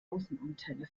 außenantenne